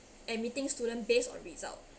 admitting students based on result